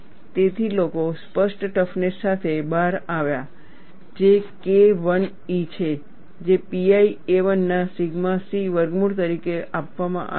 તેથી લોકો સ્પષ્ટ ટફનેસ સાથે બહાર આવ્યા જે K1e છે જે pi a1 ના સિગ્મા c વર્ગમૂળ તરીકે આપવામાં આવે છે